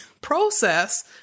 process